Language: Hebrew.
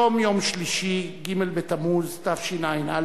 היום יום שלישי, ג' בתמוז תשע"א,